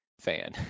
fan